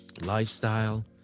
lifestyle